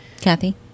Kathy